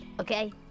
okay